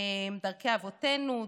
דרכי אבותינו,